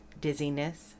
dizziness